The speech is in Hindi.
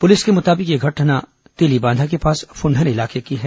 पुलिस के मुताबिक यह घटना तेलीबांधा के पास फूंडहर इलाके की है